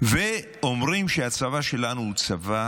ואומרים שהצבא שלנו הוא צבא